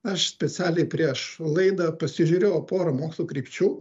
aš specialiai prieš laidą pasižiūrėjau porą mokslo krypčių